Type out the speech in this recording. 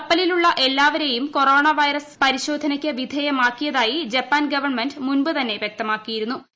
കപ്പലിലുള്ള എല്ലാവരെയും corona virus പരിശോധനയ്ക്ക് വിധേയമാക്കിയിരിട്ടിയി ജപ്പാൻ ഗവൺമെന്റ് മുൻപ് തന്നെ വൃക്തമാക്കിയിരുന്നൂ